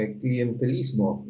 clientelismo